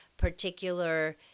particular